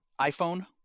iPhone